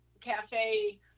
cafe